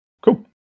Cool